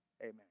Amen